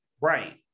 Right